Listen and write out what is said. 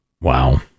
Wow